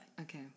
Okay